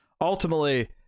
ultimately